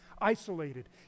isolated